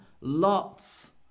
Lots